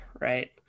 Right